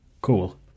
Cool